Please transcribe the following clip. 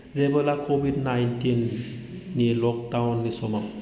जेब्ला कभिड नाइन्टिननि लकडाउननि समाव